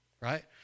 right